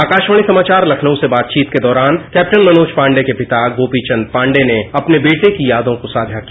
आकाशवाणी समाचार लखनऊ से बातचीत के दौरान कैप्टन मनोज पांडे के पिता गोपीचंद पांडे ने अपने बेटे की यादों को साझा किया